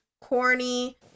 corny